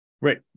Right